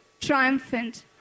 triumphant